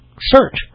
search